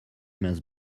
must